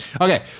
Okay